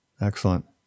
Excellent